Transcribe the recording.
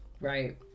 Right